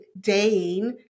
dane